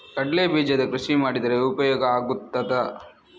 ಕಡ್ಲೆ ಬೀಜದ ಕೃಷಿ ಮಾಡಿದರೆ ಉಪಯೋಗ ಆಗುತ್ತದಾ?